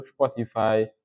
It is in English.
Spotify